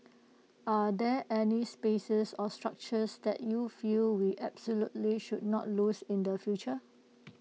are there any spaces or structures that you feel we absolutely should not lose in the future